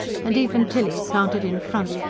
and even tilly, planted in front,